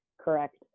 correct